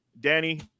Danny